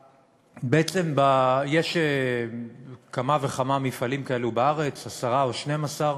בעצם, יש כמה וכמה מפעלים כאלו בארץ, עשרה או 12,